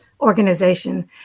organization